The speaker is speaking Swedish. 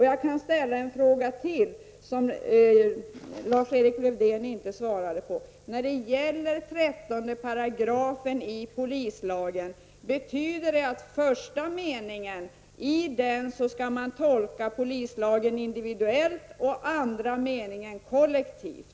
Jag kan ställa en fråga till som Lars-Erik Lövdén inte svarat på: När det gäller 13 § i polislagen, skall man tolka första meningen individuellt och andra meningen kollektivt?